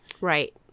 Right